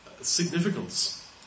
significance